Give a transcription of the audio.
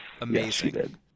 Amazing